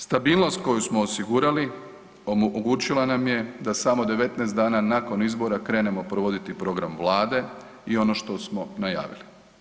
Stabilnost koju smo osigurali omogućila nam je da samo 19 dana nakon izbora krenemo provoditi program Vlade i ono što smo najavili.